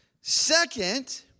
Second